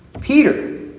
Peter